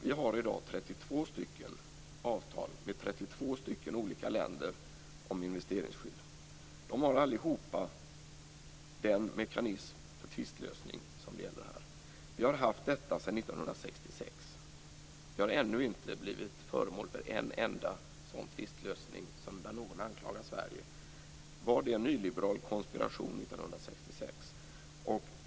Vi har i dag, Bengt Hurtig, 32 avtal med 32 olika länder om investeringsskydd. De har allihop den mekanism för tvistlösning som det gäller här. Detta har vi haft sedan 1966. Vi har ännu inte blivit föremål för en enda sådan tvistlösning där någon har anklagat Sverige. Var det en nyliberal konspiration 1966?